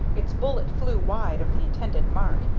its bullet flew wide of the intended mark,